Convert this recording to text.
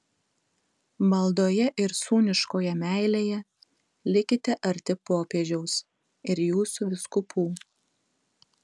maldoje ir sūniškoje meilėje likite arti popiežiaus ir jūsų vyskupų